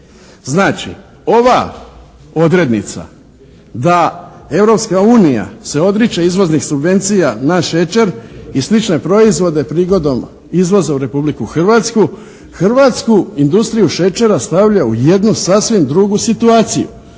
Znači, ova odrednica da Europska unija se odriče izvoznih subvencija na šećer i slične proizvode prigodom izvoza u Republiku Hrvatsku hrvatsku industriju šećera stavlja u jednu sasvim drugu situaciju.